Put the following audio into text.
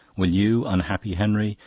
will you, unhappy henry,